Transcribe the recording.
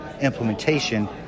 implementation